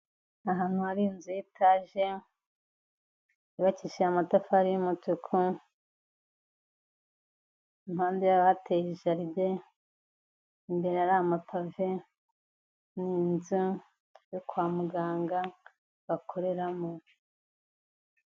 Ahantu hari inzu y'itaje, yubakishije amatafari y'umutuku, impande yayo hateye jaride, imbere ari amapave, ni inzu yo kwa muganga bakoreramo.